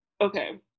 okay